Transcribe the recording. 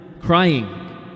Crying